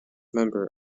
member